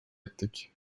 ettik